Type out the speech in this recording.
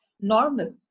normal